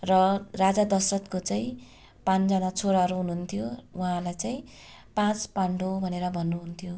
र राजा दशरथको चाहिँ पाँचजना छोराहरू हुनु हुन्थ्यो उहाँहरूलाई चाहिँ पाँच पाण्डव भनेर भन्नु हुन्थ्यो